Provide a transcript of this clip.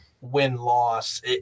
win-loss